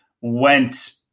went